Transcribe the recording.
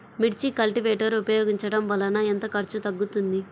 మిర్చి కల్టీవేటర్ ఉపయోగించటం వలన ఎంత ఖర్చు తగ్గుతుంది?